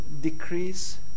decrease